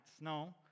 no